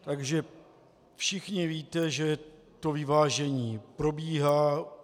Takže všichni víte, že to vyvážení probíhá.